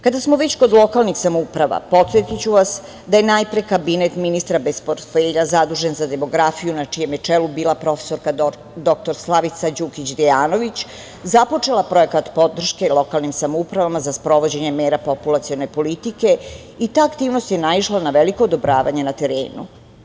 Kada smo već kod lokalnih samouprava, podsetiću vas da je najpre kabinet ministra bez portfelja zadužen za demografiju, na čijem je čelu bila profesorka dr. Slavica Đukić Dejanović, započela projekat podrške lokalnim samoupravama za sprovođenje mera populacione politike i ta aktivnost je naišla na veliko odobravanje na terenu.